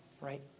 right